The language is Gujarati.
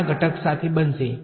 મારા ઘટક બનશે